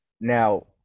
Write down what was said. Now